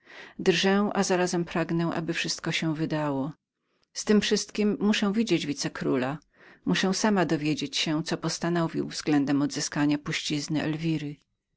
drżę a zarazem pragnę aby wszystko się wydało z tem wszystkiem muszę widzieć wicekróla muszę sama dowiedzieć się co postanowił względem odzyskania puścizny elwiry